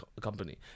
company